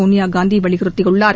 சோனியாகாந்தி வலியுறுத்தியுள்ளார்